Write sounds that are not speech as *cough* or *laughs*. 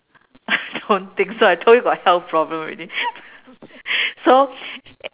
*laughs* I don't think so I told you got health problem already *laughs* so